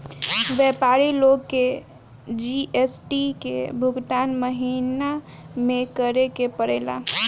व्यापारी लोग के जी.एस.टी के भुगतान महीना में करे के पड़ेला